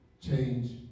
Change